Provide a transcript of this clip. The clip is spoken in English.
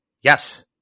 Yes